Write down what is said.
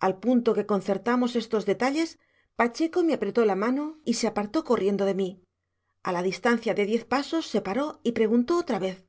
al punto que concertamos estos detalles pacheco me apretó la mano y se apartó corriendo de mí a la distancia de diez pasos se paró y preguntó otra vez